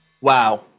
Wow